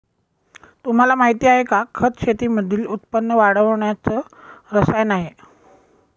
तुम्हाला माहिती आहे का? खत शेतीमधील उत्पन्न वाढवण्याच रसायन आहे